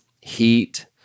heat